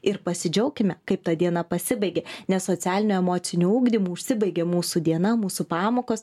ir pasidžiaukime kaip ta diena pasibaigė nes socialiniu emociniu ugdymu užsibaigia mūsų diena mūsų pamokos